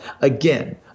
Again